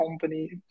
company